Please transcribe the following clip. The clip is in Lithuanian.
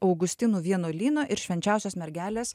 augustinų vienuolyno ir švenčiausios mergelės